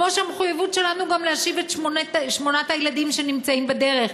כמו שהמחויבות שלנו גם להשיב את שמונת הילדים שנמצאים בדרך.